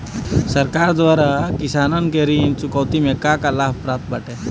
सरकार द्वारा किसानन के ऋण चुकौती में का का लाभ प्राप्त बाटे?